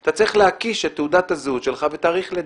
אתה צריך להקיש את תעודת הזהות שלך ותאריך לידה.